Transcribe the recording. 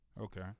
Okay